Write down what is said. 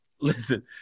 listen